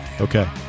okay